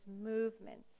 movements